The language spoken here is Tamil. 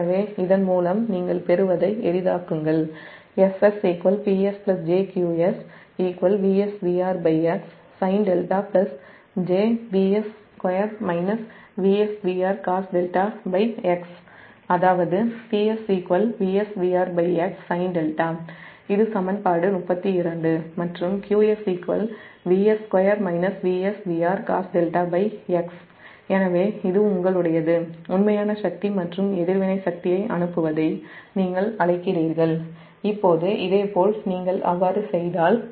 எனவே இதன்மூலம் நீங்கள் பெறுவதை எளிதாக்குங்கள் அதாவது இது சமன்பாடு 32 மற்றும் எனவே இது உங்களுடையது உண்மையான சக்தி மற்றும் எதிர் வினை சக்தியை அனுப்புவதை நீங்கள் அழைக்கிறீர்கள்